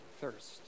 thirst